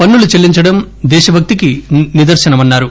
పన్ను లు చెల్లించడం దేశ భక్తికి నిదర్శనమన్నారు